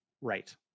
Right